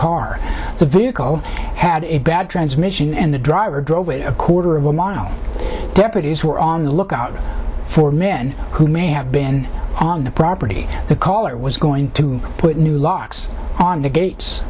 car the vehicle had a bad transmission and the driver drove it a quarter of a mile deputies were on the lookout for men who may have been on the property the caller was going to put new locks on the gates